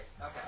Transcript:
okay